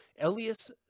Elias